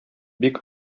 бик